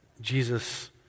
Jesus